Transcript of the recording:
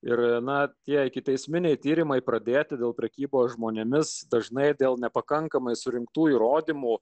ir na tie ikiteisminiai tyrimai pradėti dėl prekybos žmonėmis dažnai dėl nepakankamai surinktų įrodymų